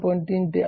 3 ते 8